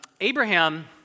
Abraham